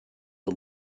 the